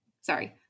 Sorry